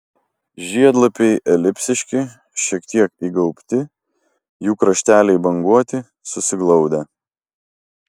žiedlapiai elipsiški šiek tiek įgaubti jų krašteliai banguoti susiglaudę